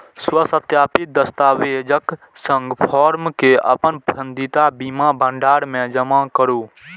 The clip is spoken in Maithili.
स्वसत्यापित दस्तावेजक संग फॉर्म कें अपन पसंदीदा बीमा भंडार मे जमा करू